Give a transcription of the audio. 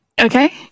Okay